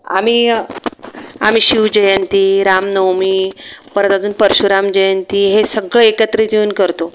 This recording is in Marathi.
आम्ही आम्ही शिवजयंती रामनवमी परत अजून परशुराम जयंती हे सगळं एकत्रित येऊन करतो